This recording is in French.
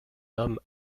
homme